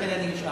ולכן אני נשאר.